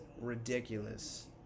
ridiculous